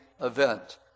event